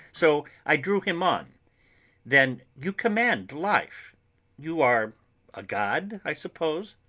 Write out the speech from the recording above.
so i drew him on then you command life you are a god, i suppose?